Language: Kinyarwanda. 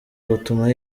gutuma